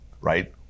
Right